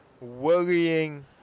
Worrying